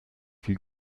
viel